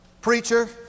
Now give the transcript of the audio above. preacher